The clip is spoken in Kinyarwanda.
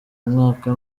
umwaka